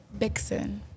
Bixen